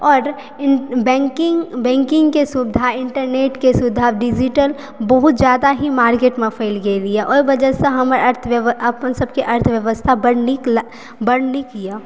और बैंकिंग बैंकिंगके सुविधा इन्टरनेटके सुविधा डिजिटल बहुत जादा ही मार्किटमे फैल गेल यऽ ओहि वजहसँ हमर अर्थ अपन सबके अर्थव्यवस्था बड़ नीक ला बड़ नीक यऽ